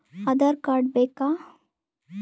Aadhaar card ಬೇಕಾ?